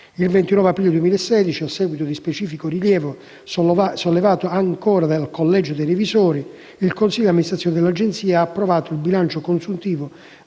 Il 29 aprile 2016, a seguito di specifico rilievo sollevato dal collegio dei revisori, il consiglio di amministrazione dell'Agenzia ha approvato il bilancio consuntivo